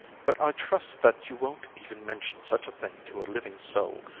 but i trust that you won't even mention such a thing to a living soul,